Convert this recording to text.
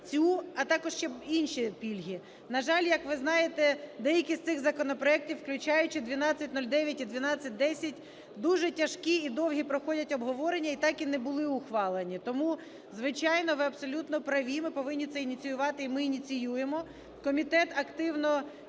цю, а також ще інші пільги. На жаль, як ви знаєте, деякі з цих законопроектів, включаючи 1209 і 1210, дуже тяжкі і довгі проходять обговорення, і так і не були ухвалені. Тому, звичайно, ви абсолютно праві: ми повинні це ініціювати, і ми ініціюємо. Комітет активно